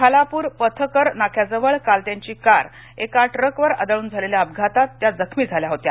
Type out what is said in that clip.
खालापूर पथकर नाक्याजवळ काल त्यांची कार एका ट्रकवर आदळून झालेल्या अपघातात त्या जखमी झाल्या होत्या